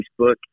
Facebook